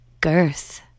girth